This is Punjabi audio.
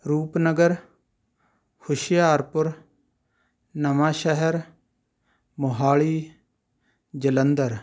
ਰੂਪਨਗਰ ਹੁਸ਼ਿਆਰਪੁਰ ਨਵਾਂ ਸ਼ਹਿਰ ਮੋਹਾਲੀ ਜਲੰਧਰ